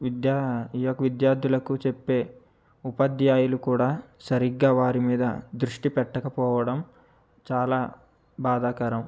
విద్యా ఈ యొక్క విద్యార్థులకు చెప్పే ఉపాధ్యాయులు కూడా సరిగ్గా వారి మీద దృష్టి పెట్టక పోవడం చాలా బాధాకరం